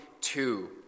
Two